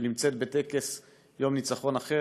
שנמצאת בטקס יום ניצחון אחר,